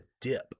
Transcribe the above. dip